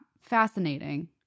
fascinating